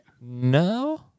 No